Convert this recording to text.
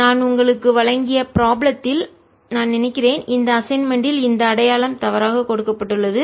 நான் உங்களுக்கு வழங்கிய பிராப்ளம் த்தில் நான் நினைக்கிறேன் இந்த அசைன்மென்ட் ல் இந்த அடையாளம் தவறாக கொடுக்கப்பட்டுள்ளது